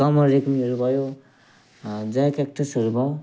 कमल रेग्मीहरू भयो जय क्याक्टसहरू भयो